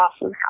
awesome